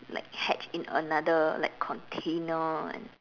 like hatch in another like container and